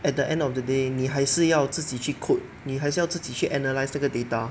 at the end of the day 你还是要自己去 code 你还是要自己去 analyse 这个 data